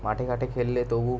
মাঠে ঘাটে খেললে তবু